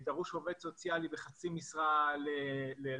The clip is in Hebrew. כמו "דרוש עובד סוציאלי בחצי משרה" ללשכה